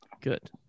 Good